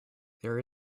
there